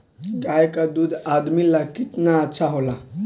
गाय का दूध आदमी ला कितना अच्छा होला?